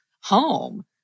home